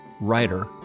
writer